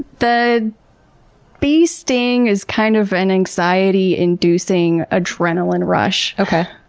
the bee sting is kind of an anxiety-inducing adrenaline rush. okay.